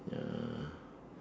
ya